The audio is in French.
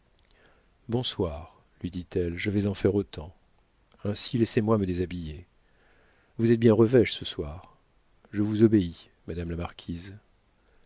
bonsoir lui dit-elle je vais en faire autant ainsi laissez-moi me déshabiller vous êtes bien revêche ce soir je vous obéis madame la marquise